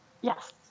Yes